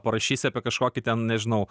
parašysi apie kažkokį ten nežinau